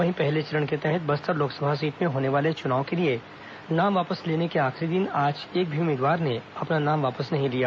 वहीं पहले चरण के तहत बस्तर लोकसभा सीट में होने वाले चुनाव के लिए नाम वापस लेने के आखिरी दिन आज एक भी उम्मीदवार ने अपना नाम वापस नहीं लिया